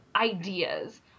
ideas